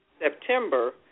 September